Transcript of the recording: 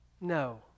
No